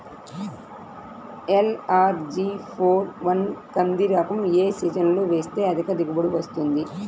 LRG four one కంది రకం ఏ సీజన్లో వేస్తె అధిక దిగుబడి వస్తుంది?